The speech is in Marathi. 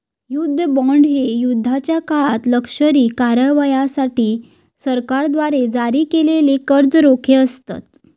युद्ध बॉण्ड हे युद्धाच्या काळात लष्करी कारवायांसाठी सरकारद्वारे जारी केलेले कर्ज रोखे असतत